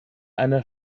einer